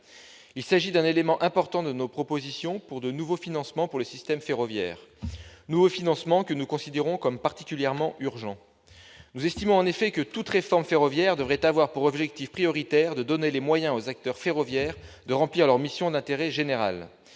Il s'agit d'un élément important de nos propositions pour de nouveaux financements en faveur de notre système ferroviaire, nouveaux financements que nous considérons comme particulièrement urgents. Nous estimons en effet que toute réforme ferroviaire devrait avoir pour objectif prioritaire de donner les moyens aux acteurs ferroviaires de remplir leurs missions d'intérêt général.